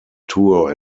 tour